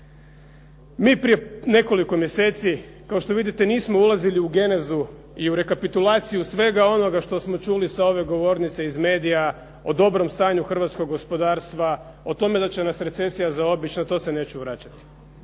Mi prije nekoliko mjeseci, kao što vidite, nismo ulazili u genezu i u rekapitulaciju svega onoga što smo čuli sa ove govornice, iz medija o dobrom stanju hrvatskog gospodarstva, o tome da će nas recesija zaobići na to se neću vraćati.